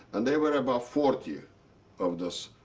and there were about forty of these